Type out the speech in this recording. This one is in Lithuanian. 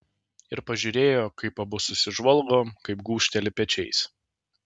ir pažiūrėjo kaip abu susižvalgo kaip gūžteli pečiais